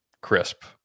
crisp